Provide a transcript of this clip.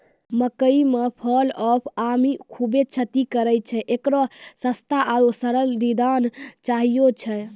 मकई मे fall of army खूबे क्षति करेय छैय, इकरो सस्ता आरु सरल निदान चाहियो छैय?